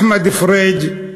אחמד פריג',